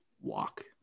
Walk